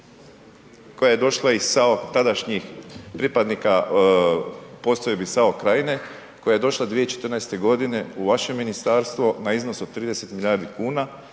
koja je došla iz SAO tadašnjih pripadnika postrojbi SAO Krajine, koja je došla 2014. godine u vaše ministarstvo na iznos od 30 milijardi kuna,